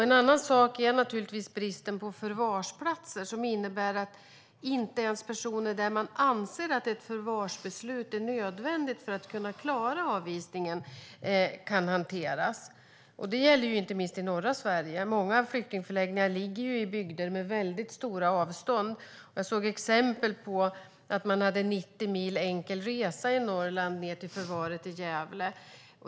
En annan sak är bristen på förvarsplatser, som innebär att inte ens personer där man anser att ett förvarsbeslut är nödvändigt för att klara avvisningen kan hanteras. Det gäller inte minst i norra Sverige. Många flyktingförläggningar ligger i bygder med väldigt långa avstånd. Jag har sett exempel i Norrland där man har 90 mil enkel resa ned till förvaret i Gävle.